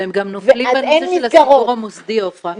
והם גם נופלים בנושא של הסידור המוסדי, עופרה.